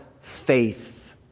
faith